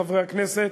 חברי הכנסת,